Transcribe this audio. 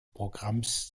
programms